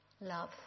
Love